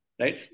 right